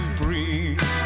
breathe